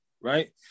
right